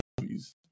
movies